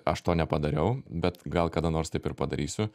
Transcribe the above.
aš to nepadariau bet gal kada nors taip ir padarysiu